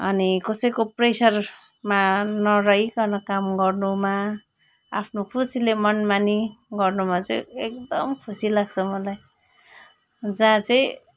अनि कसैको प्रेसरमा नरहिकन काम गर्नुमा आफ्नो खुसीले मनमानी गर्नुमा चाहिँ एकदम खुसी लाग्छ मलाई जहाँ चाहिँ